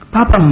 Papa